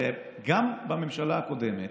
הרי גם בממשלה הקודמת